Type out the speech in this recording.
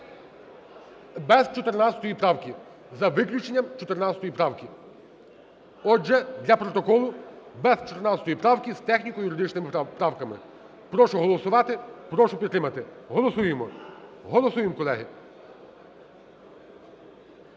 без 14 правки, за виключенням 14 правки. Отже, для протоколу: без 14 правки з техніко-юридичними правками. Прошу голосувати, прошу підтримати. Голосуємо. Голосуємо, колеги.